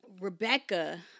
Rebecca